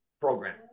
program